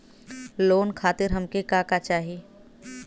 Loan खातीर हमके का का चाही?